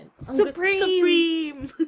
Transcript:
Supreme